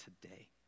today